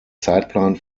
zeitplan